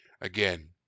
again